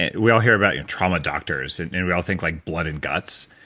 and we all hear about you know trauma doctors and we all think like blood and guts.